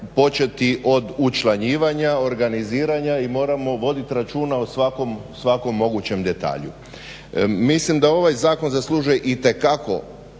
od učlanjivanja, organiziranja i moramo vodit računa o svakom mogućem detalju. Mislim da ovaj zakon zaslužuje itekako